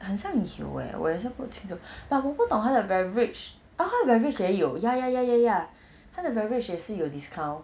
很像有 eh 我也是不清楚 but 我不懂他的 beverage ah 他的 beverage 也有 ya ya ya ya ya 他的 beverage 也是有 discount